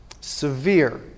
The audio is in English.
severe